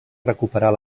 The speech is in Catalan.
recuperar